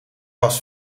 was